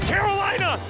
Carolina